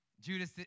Judas